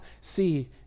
see